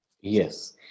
Yes